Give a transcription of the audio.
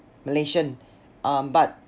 malaysian um but